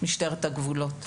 משטרת הגבולות.